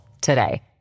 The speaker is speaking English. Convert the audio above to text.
today